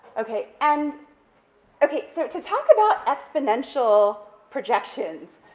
okay, and okay, so to talk about exponential projections,